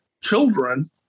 children